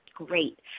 Great